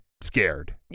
scared